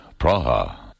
Praha